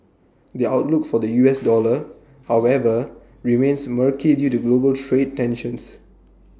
the outlook for the U S dollar however remains murky due to global trade tensions